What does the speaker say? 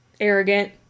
arrogant